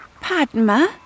Padma